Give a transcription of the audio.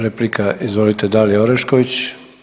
Replika, izvolite Dalija Orešković.